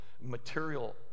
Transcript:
material